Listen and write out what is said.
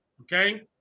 okay